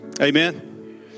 Amen